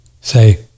say